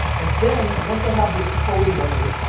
and then, once i have this total number.